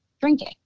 drinking